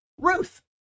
Ruth